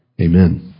Amen